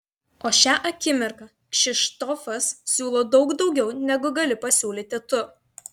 o šią akimirką kšištofas siūlo daug daugiau negu gali pasiūlyti tu